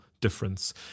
difference